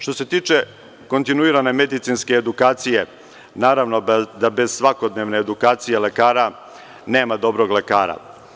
Što se tiče kontinuirane medicinske edukacije, naravno da bez svakodnevne edukacije lekara nema dobrog lekara.